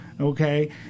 Okay